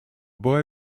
boy